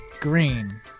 green